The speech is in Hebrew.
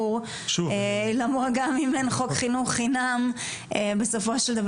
גם אם אין חוק חינוך חינם בסופו של דבר